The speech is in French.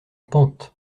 pente